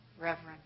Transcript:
Reverend